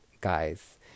guys